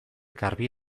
garbi